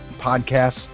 podcasts